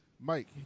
Mike